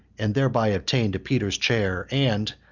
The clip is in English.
and thereby attain to peter's chair and,